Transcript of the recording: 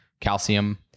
calcium